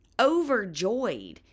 overjoyed